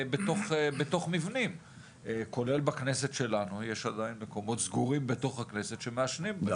גם בכנסת שלנו יש עדיין מקומות סגורים שמעשנים בהם,